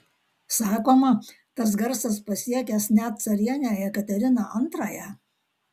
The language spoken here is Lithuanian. sakoma tas garsas pasiekęs net carienę jekateriną antrąją